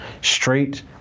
straight